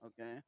Okay